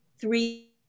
three